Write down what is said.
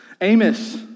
Amos